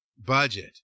budget